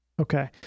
Okay